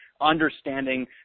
understanding